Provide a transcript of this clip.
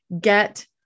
get